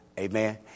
Amen